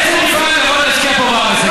איזה מפעל יבוא וישקיע פה בארץ,